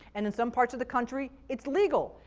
and in some parts of the country it's legal.